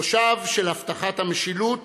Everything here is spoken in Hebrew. מושב של הבטחת המשילות